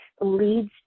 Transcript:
leads